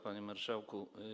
Panie Marszałku!